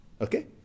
okay